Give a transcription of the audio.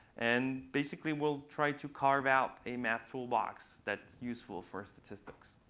and basically we'll try to carve out a math toolbox that's useful for us statistics.